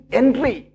entry